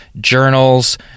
journals